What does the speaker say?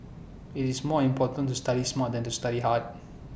IT is more important to study smart than to study hard